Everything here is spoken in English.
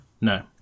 no